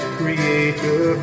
creator